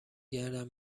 گردم